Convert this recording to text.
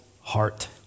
heart